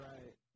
Right